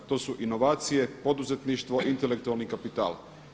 To su inovacije, poduzetništvo, intelektualni kapital.